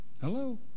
Hello